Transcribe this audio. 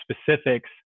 specifics